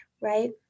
right